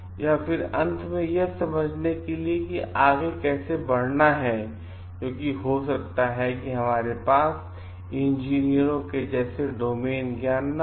और फिर अंत में हम यह समझने के लिए हैं कि आगे कैसे बढ़ना है क्योंकि हो सकता है कि हमारे पास इंजीनियरों के जैसे डोमेन ज्ञान न हो